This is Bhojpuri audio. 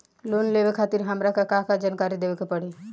लोन लेवे खातिर हमार का का जानकारी देवे के पड़ी?